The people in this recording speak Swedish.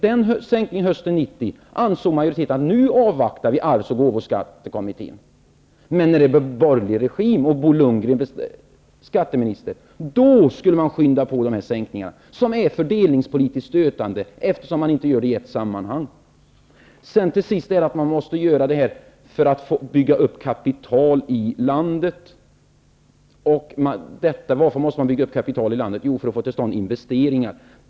Och majoriteten ansåg att man efter den sänkningen skulle avvakta arvs och gåvoskattekommitténs arbete. Men när det blev borgerlig regim och Bo Lundgren blev skatteminister, då skulle man skynda på dessa sänkningar, som är fördelningspolitiskt stötande, eftersom de inte sker i ett sammanhang. Till sist vill jag säga något om det som sades om att detta måste göras för att man skall bygga upp kapital i landet. Och varför måste man bygga upp kapital i landet? Jo, för att få till stånd investeringar.